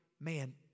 man